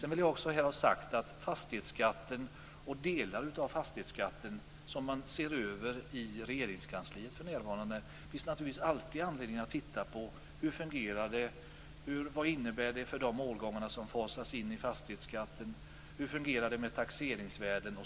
Jag vill också ha sagt att när det gäller fastighetsskatten, och delar av den som ses över i Regeringskansliet för närvarande, finns det alltid anledning att titta på hur det hela fungerar. Vad innebär den för de årgångar som fasas in i fastighetsskatten? Hur fungerar taxeringsvärden?